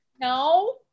No